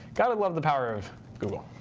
gotta love the power of google.